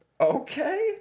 okay